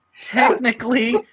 technically